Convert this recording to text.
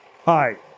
Hi